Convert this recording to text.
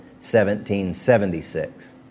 1776